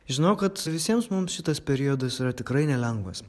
žinau kad visiems mums šitas periodas yra tikrai nelengvas